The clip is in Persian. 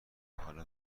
حالا